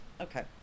Okay